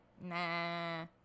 nah